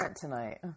tonight